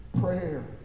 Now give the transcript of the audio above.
prayer